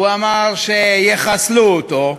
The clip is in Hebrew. הוא אמר שיחסלו אותו.